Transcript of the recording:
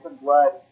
Blood